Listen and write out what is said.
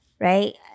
right